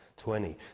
20